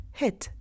hit